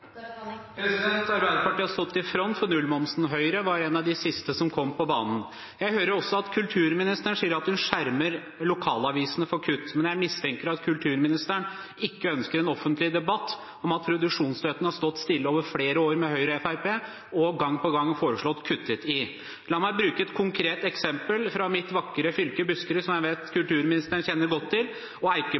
Arbeiderpartiet har stått i front for nullmomsen. Høyre var en av de siste som kom på banen. Jeg hører også at kulturministeren sier at hun skjermer lokalavisene for kutt, men jeg mistenker at kulturministeren ikke ønsker en offentlig debatt om at produksjonsstøtten har stått stille over flere år med Høyre og Fremskrittspartiet, og gang på gang er foreslått kuttet i. La meg bruke et konkret eksempel fra mitt vakre fylke, Buskerud, som jeg vet kulturministeren kjenner godt til, og